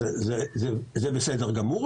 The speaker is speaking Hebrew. זה בסדר גמור,